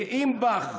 גאים בך,